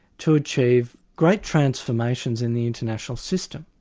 to achieve great transformations in the international system,